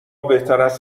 بهتراست